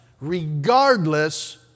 regardless